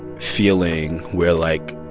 feeling where, like,